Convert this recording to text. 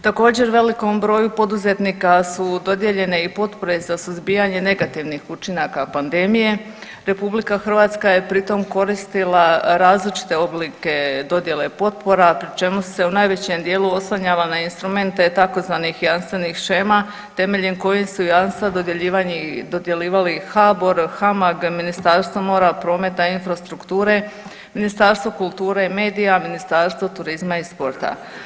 Također velikom broju poduzetnika su dodijeljene i potpore za suzbijanje negativnih učinaka pandemije, RH je pri tom koristila različite oblike dodjele potpora pri čemu se u najvećem dijelu oslanjala na instrumente tzv. jamstvenih shema temeljem kojih su jamstva dodjeljivali HBOR, HAMAG, Ministarstvo mora, prometa i infrastrukture, Ministarstvo kulture i medija, Ministarstvo turizma i sporta.